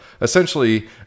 Essentially